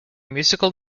musical